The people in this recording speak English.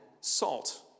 salt